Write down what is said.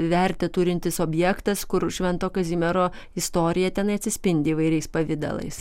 vertę turintis objektas kur švento kazimiero istorija tenai atsispindi įvairiais pavidalais